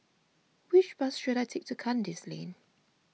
which bus should I take to Kandis Lane